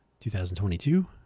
2022